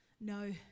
no